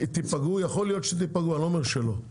יכול להיות שתיפגעו, אני לא אומר שלא,